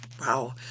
wow